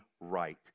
right